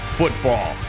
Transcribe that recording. football